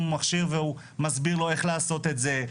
מכשיר והוא מסביר לו איך לעשות את זה,